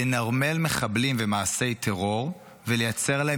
לנרמל מחבלים ומעשי טרור ולייצר להם